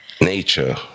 nature